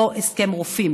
אותו הסכם רופאים